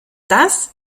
das